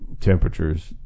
temperatures